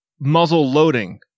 muzzle-loading